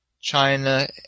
China